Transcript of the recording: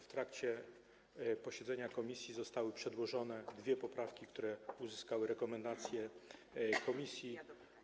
W trakcie posiedzenia komisji zostały przedłożone dwie poprawki, które uzyskały rekomendację komisji.